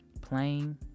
playing